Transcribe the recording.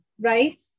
Right